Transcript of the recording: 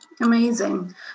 Amazing